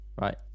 right